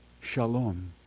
shalom